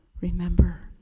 Remember